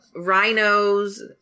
rhinos